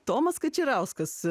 tomas kačerauskas